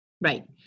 right